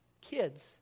kids